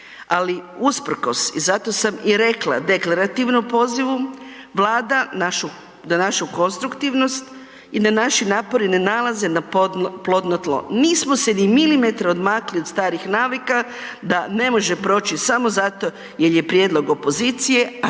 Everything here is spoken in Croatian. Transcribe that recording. Ali usprkos i zato sam i rekla deklarativno pozivu, Vlada na našu konstruktivnost i na naše napore ne nalaze na plodno tlo. Nismo se ni milimetra odmakli od starih navika da ne može proći samo zato jer je prijedlog opozicije,